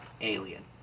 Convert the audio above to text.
alien